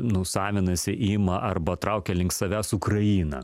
nu savinasi ima arba traukia link savęs ukrainą